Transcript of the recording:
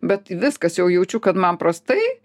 bet viskas jau jaučiu kad man prastai